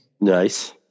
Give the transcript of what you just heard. Nice